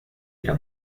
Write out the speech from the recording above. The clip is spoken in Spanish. era